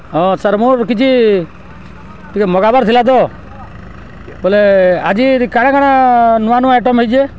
ହଁ ସାର୍ ମୋର୍ କିଛି ଟିକେ ମଗାବାର୍ ଥିଲା ତ ବଏଲେ ଆଜି କାଣା କାଣା ନୂଆ ନୂଆ ଆଇଟମ୍ ହେଇଚେ